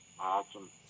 Awesome